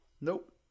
Nope